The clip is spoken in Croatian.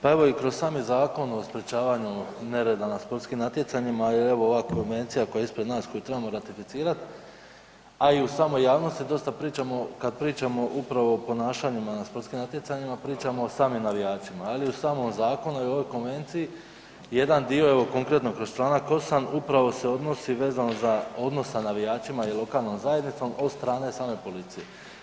Pa evo i kroz sami Zakon o sprječavanju nereda na sportskim natjecanjima i evo ova konvencija koja je ispred nas koju trebamo ratificirat, a i u samoj javnosti dosta pričamo kad pričamo upravo o ponašanjima na sportskim natjecanjima pričamo o samim navijačima, ali u samom zakonu i ovoj konvenciji jedan dio, evo konkretno kroz čl. 8. upravo se odnosi vezano za odnos sa navijačima i lokalnom zajednicom od strane same policije.